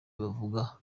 bavuga